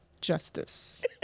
justice